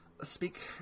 speak